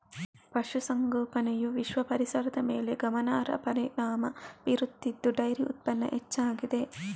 ಪಶು ಸಂಗೋಪನೆಯು ವಿಶ್ವ ಪರಿಸರದ ಮೇಲೆ ಗಮನಾರ್ಹ ಪರಿಣಾಮ ಬೀರುತ್ತಿದ್ದು ಡೈರಿ ಉತ್ಪನ್ನ ಹೆಚ್ಚಾಗಿದೆ